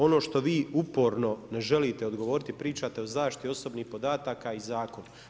Ono što vi uporno ne želite odgovoriti pričate o zaštiti osobnih podataka i zakon.